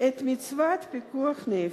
את מצוות פיקוח נפש,